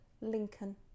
Lincoln